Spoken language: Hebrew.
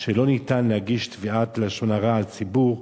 שלא ניתן להגיש תביעת לשון הרע על ציבור,